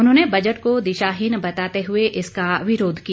उन्होंने बजट को दिशाहीन बताते हुए इसका विरोध किया